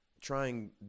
Trying